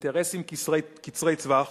אינטרסים קצרי טווח